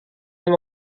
yang